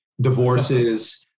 divorces